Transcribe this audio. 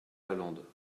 lalande